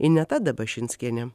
ineta dabašinskienė